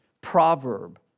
proverb